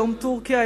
היום טורקיה,